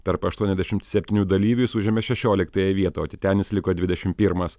tarp aštuoniasdešim septynių dalyvių jis užėmė šešioliktąją vietą o titenis liko dvidešim pirmas